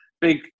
big